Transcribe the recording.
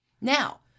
Now